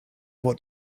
what